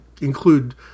include